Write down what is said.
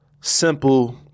simple